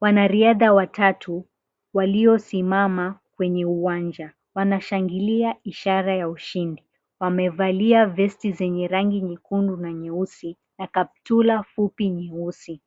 Wanariadha watatu waliosimama kwenye uwanja. Wanashangilia ishara ya ushindi. Wamevalia vesti zenye rangi nyekundu na nyeusi na kaptula fupi nyeusi.